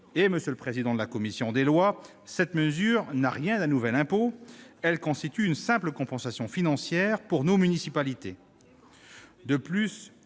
et M. le président de la commission des lois, cette mesure n'a rien d'un nouvel impôt : elle constitue une simple compensation financière pour nos municipalités.